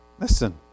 listen